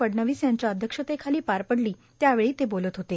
फडणवीस यांच्या अध्यक्षतेखाली पार पडली यावेळी ते बोलत होते